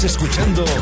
Escuchando